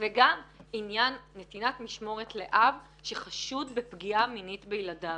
וגם עניין נתינת משמורת לאב שחשוד בפגיעה מינית בילדיו.